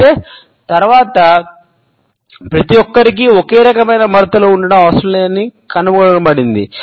అయితే తరువాత ప్రతిఒక్కరికీ ఒకే రకమైన ముడతలు ఉండటం అవసరం లేదని కనుగొనబడింది